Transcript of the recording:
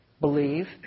believe